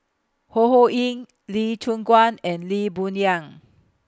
Ho Ho Ying Lee Choon Guan and Lee Boon Yang